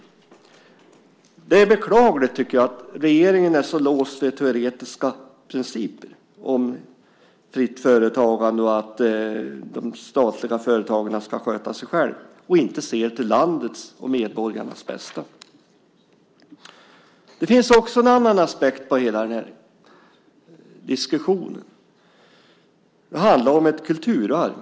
Jag tycker att det är beklagligt att regeringen är så låst vid teoretiska principer om fritt företagande och om att de statliga företagen ska sköta sig själva och inte ser till landets och medborgarnas bästa. Det finns också en annan aspekt på hela denna diskussion. Det handlar om ett kulturarv.